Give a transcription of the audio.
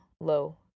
low